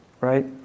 right